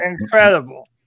incredible